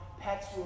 pets